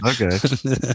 okay